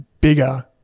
bigger